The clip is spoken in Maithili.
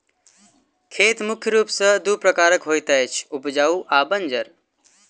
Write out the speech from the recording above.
खेत मुख्य रूप सॅ दू प्रकारक होइत अछि, उपजाउ आ बंजर